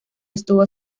estuvo